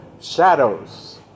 shadows